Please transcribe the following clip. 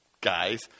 guys